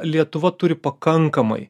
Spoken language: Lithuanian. lietuva turi pakankamai